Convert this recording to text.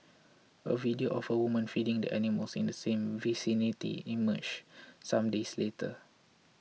a video of a woman feeding the animals in the same vicinity emerged some days later